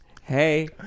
hey